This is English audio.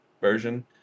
version